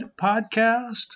podcast